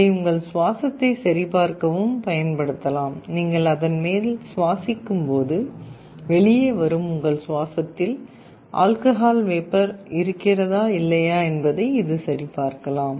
இதை உங்கள் சுவாசத்தை சரிபார்க்கவும் பயன்படுத்தலாம் நீங்கள் அதன் மேல் சுவாசிக்கும்ப்போது வெளியே வரும் உங்கள் சுவாசத்தில் ஆல்கஹால் வேப்பர் இருக்கிறதா இல்லையா என்பதை இது சரிபார்க்கலாம்